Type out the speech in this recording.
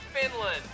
Finland